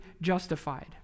justified